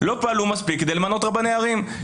לא פעלו מספיק כדי למנות רבני ערים.